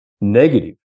negative